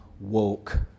woke